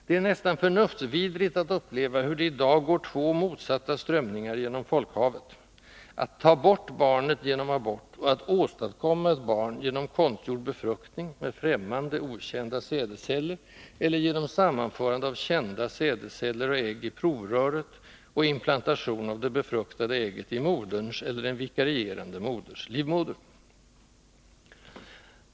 Det är nästan förnuftsvidrigt att uppleva hur det i dag går två motsatta strömningar genom folkhavet: att ”ta bort” barnet genom abort och att åstadkomma ett barn genom konstgjord befruktning, med främmande, okända sädesceller eller genom sammanförande av kända sädesceller och ägg i provröret och implantation av det befruktade ägget i moderns — eller en vikarierande moders — livmoder.